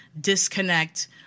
disconnect